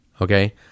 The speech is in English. Okay